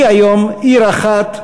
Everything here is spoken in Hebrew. היא היום עיר אחת,